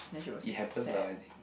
it happens lah I think